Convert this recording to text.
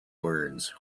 words